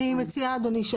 אני מציעה אדוני,